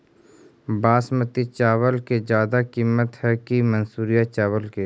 बासमती चावल के ज्यादा किमत है कि मनसुरिया चावल के?